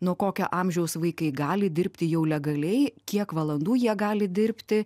nuo kokio amžiaus vaikai gali dirbti jau legaliai kiek valandų jie gali dirbti